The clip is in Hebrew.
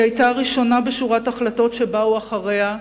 היא היתה הראשונה בשורת החלטות שבאו אחריה,